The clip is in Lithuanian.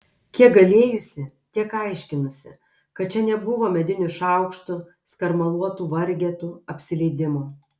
kiek galėjusi tiek aiškinusi kad čia nebuvo medinių šaukštų skarmaluotų vargetų apsileidimo